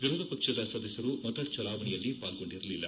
ವಿರೋಧ ಪಕ್ಷದ ಸದಸ್ಯರು ಮತಚಲಾವಣೆಯಲ್ಲಿ ಪಾಲ್ಗೊಂಡಿರಲಿಲ್ಲ